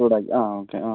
ചൂടാക്കി അ ഓക്കെ അ